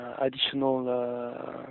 additional